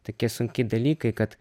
tokia sunki dalykai kad